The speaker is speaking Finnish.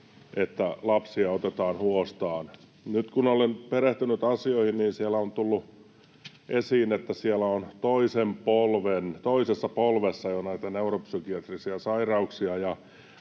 että lapsia otetaan huostaan. Nyt kun olen perehtynyt asioihin, niin siellä on tullut esiin, että siellä on jo toisessa polvessa näitä neuropsykiatrisia sairauksia,